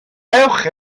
ewch